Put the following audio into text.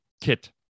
kit